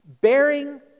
bearing